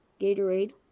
Gatorade